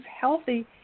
healthy